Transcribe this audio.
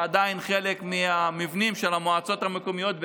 שחלק מהמבנים של המועצות המקומיות,